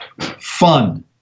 Fun